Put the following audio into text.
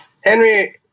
henry